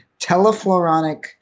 telefloronic